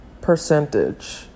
percentage